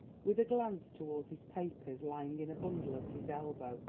with a glance towards his papers lying in a bundle at his elbow,